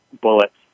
bullets